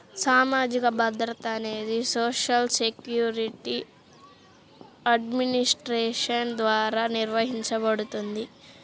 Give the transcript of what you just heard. సామాజిక భద్రత అనేది సోషల్ సెక్యూరిటీ అడ్మినిస్ట్రేషన్ ద్వారా నిర్వహించబడుతుంది